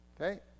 Okay